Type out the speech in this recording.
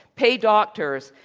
pay doctors,